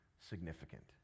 significant